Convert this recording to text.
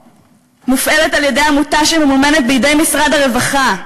מופעלת על-ידי עמותה שממומנת בידי משרד הרווחה,